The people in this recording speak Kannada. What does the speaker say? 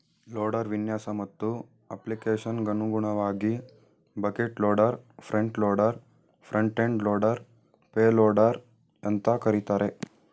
ಲೋಡರ್ ವಿನ್ಯಾಸ ಮತ್ತು ಅಪ್ಲಿಕೇಶನ್ಗನುಗುಣವಾಗಿ bucket loader front loader front end loader payloader ಅಂತ ಕರೀತಾರೆ